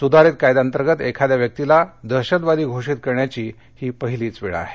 सुधारित कायद्या अंतर्गत एखाद्या व्यक्तीला दहशतवादी घोषित करण्याची ही पहिलीच वेळ आहे